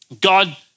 God